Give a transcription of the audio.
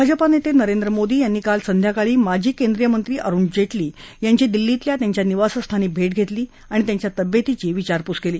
भाजपा नेते नरेंद्र मोदी यांनी काल संध्याकाळी माजी केंद्रीय मंत्री अरुण जेटली यांची दिल्लीतल्या त्यांच्या निवासस्थानी भेट घेतली आणि त्यांच्या तब्येतीची विचारपूस केली